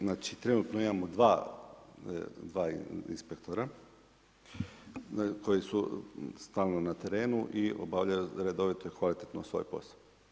Znači trenutno imamo 2 inspektora koji su stalno na terenu i obavljaju redovito kvalitetno svoj posao.